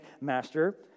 Master